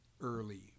early